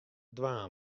dwaan